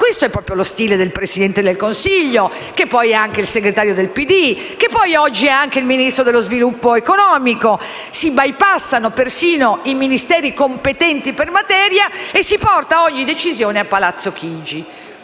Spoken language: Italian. Questo è proprio lo stile del Presidente del Consiglio, che poi è anche il segretario del Partito Democratico e che oggi è anche il Ministro dello sviluppo economico: si bypassano persino i Ministeri competenti per materia e si porta ogni decisione a Palazzo Chigi.